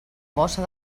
bossa